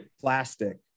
plastic